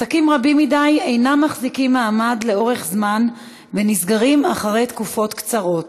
עסקים רבים מדי אינם מחזיקים מעמד לאורך זמן ונסגרים אחרי תקופות קצרות.